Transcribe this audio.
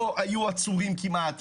לא היו עצורים כמעט,